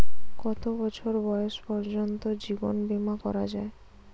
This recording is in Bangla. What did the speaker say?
কত বছর বয়স পর্জন্ত জীবন বিমা করা য়ায়?